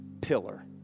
pillar